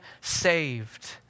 saved